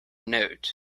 note